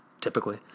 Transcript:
typically